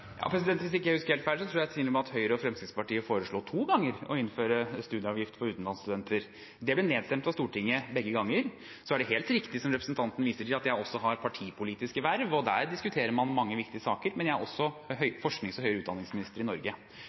Hvis jeg ikke husker helt feil, tror jeg til og med at Høyre og Fremskrittspartiet to ganger foreslo å innføre studieavgift for utenlandsstudenter. Det ble nedstemt av Stortinget begge gangene. Så er det helt riktig, som representanten viser til, at jeg også har partipolitiske verv, og der diskuterer man mange viktige saker, men jeg er også minister for forskning og høyere utdanning i Norge.